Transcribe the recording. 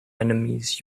enemies